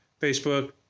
Facebook